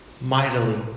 mightily